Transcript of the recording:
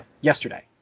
yesterday